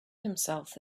himself